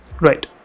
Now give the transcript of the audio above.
right